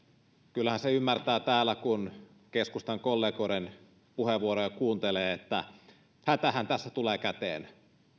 kyllähän sen ymmärtää täällä kun keskustan kollegoiden puheenvuoroja kuuntelee että hätähän tässä tulee käteen